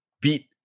beat